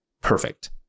perfect